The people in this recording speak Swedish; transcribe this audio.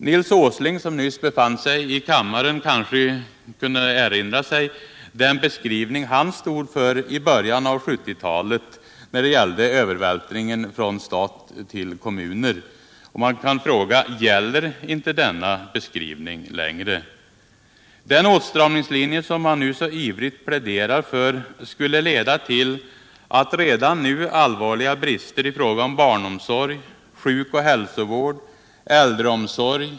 Nils Åsling. som nyss befann sig i kammaren, kanske kunde erinra sig den beskrivning han stod för i början av 1970-talet när det gällde övervältringen från stat till kommuner. Man kan fråga: Gäller inte den beskrivningen längre? Den åtstramningslinje som man nu ivrigt pläderar för skulle leda till att redan nu allvarliga brister i fråga om barnomsorg, sjuk och hälsovård, äldreomsorg.